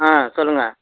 ஆ சொல்லுங்கள்